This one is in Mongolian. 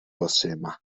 болсон